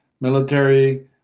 military